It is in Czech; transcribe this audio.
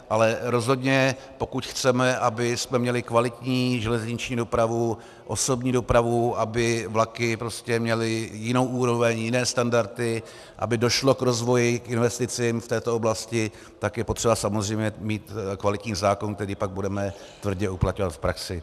Ale rozhodně pokud chceme, abychom měli kvalitní železniční dopravu, osobní dopravu, aby vlaky měly jinou úroveň, jiné standardy, aby došlo k rozvoji, k investicím v této oblasti, tak je potřeba samozřejmě mít kvalitní zákon, který pak budeme tvrdě uplatňovat v praxi.